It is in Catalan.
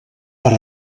per